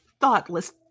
thoughtless